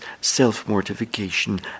self-mortification